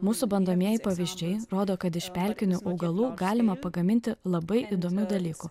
mūsų bandomieji pavyzdžiai rodo kad iš pelkinių augalų galima pagaminti labai įdomių dalykų